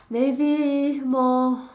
maybe more